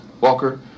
Walker